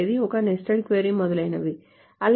ఒక nested query మొదలైనవి అలాగే